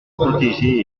protégé